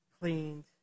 cleaned